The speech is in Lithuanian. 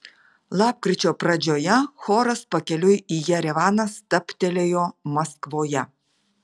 lapkričio pradžioje choras pakeliui į jerevaną stabtelėjo maskvoje